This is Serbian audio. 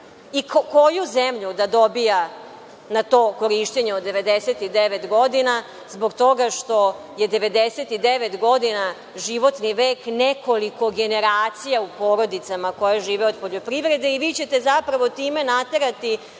i koju zemlju da dobija na to korišćenje od 99 godina zbog toga što je 99 godina životni vek nekoliko generacija u porodicama koje žive od poljoprivrede i vi ćete zapravo time naterati